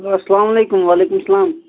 hello اسلام علیکُم وعلیکُم سلام